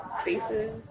spaces